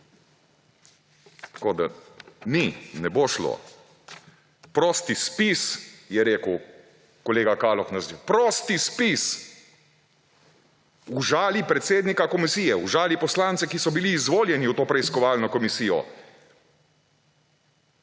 Tako da … Ni, ne bo šlo. Prosti spis, je rekel kolega Kaloh na za … Prosti spis! Užali predsednika komisije, užali poslance, ki so bili izvoljeni v to preiskovalno komisijo.